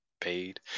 paid